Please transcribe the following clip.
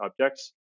objects